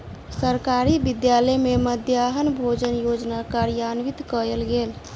सरकारी विद्यालय में मध्याह्न भोजन योजना कार्यान्वित कयल गेल